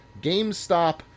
GameStop